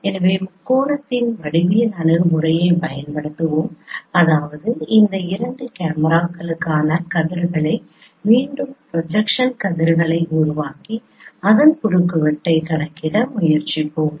எனவே முக்கோணத்தின் வடிவியல் அணுகுமுறையைப் பயன்படுத்துவோம் அதாவது இந்த இரண்டு கேமராக்களுக்கான கதிர்களை மீண்டும் ப்ரொஜெக்ஷன் கதிர்களை உருவாக்கி அதன் குறுக்குவெட்டைக் கணக்கிட முயற்சிப்போம்